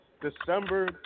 December